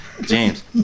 James